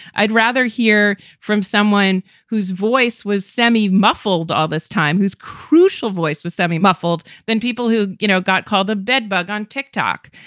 i'd rather hear from someone whose voice was semi muffled all this time, whose crucial voice was semi muffled than people who you know got called a bedbug on tick-tock.